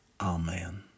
Amen